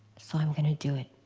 so i'm going to do it.